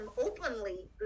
openly